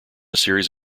series